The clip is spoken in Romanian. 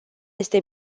este